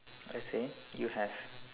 let's say you have